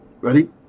Ready